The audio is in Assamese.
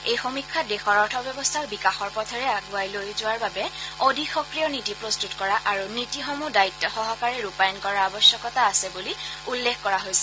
এই সমীক্ষাত দেশৰ অৰ্থব্যৱস্থাক বিকাশৰ পথেৰে আগুৱাই লৈ যোৱাৰ বাবে অধিক সক্ৰিয় নীতি প্ৰস্তুত কৰা আৰু নীতিসমূহ দায়িত্ব সহকাৰে ৰূপায়ণ কৰাৰ আৱশ্যকতা আছে বুলি উল্লেখ কৰা হৈছে